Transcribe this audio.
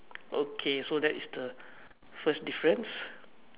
okay so that is the first difference